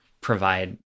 provide